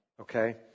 okay